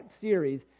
series